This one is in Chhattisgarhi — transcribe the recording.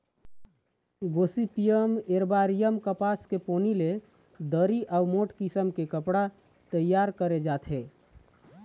गोसिपीयम एरबॉरियम कपसा के पोनी ले दरी अउ मोठ किसम के कपड़ा तइयार करे जाथे